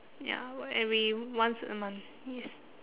ya watch every once a month yes